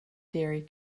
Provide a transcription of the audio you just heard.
dairy